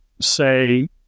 say